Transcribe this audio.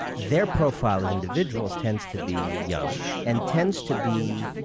their profile as individuals tends to be young and tends to be,